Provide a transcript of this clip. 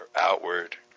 outward